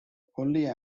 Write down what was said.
only